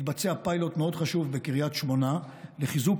מתבצע פיילוט מאוד חשוב בקריית שמונה לחיזוק